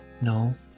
No